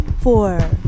four